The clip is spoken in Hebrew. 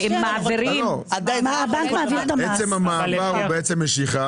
בעצם המעבר בעת המשיכה